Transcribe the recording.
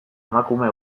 emakume